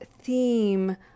theme